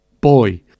Boy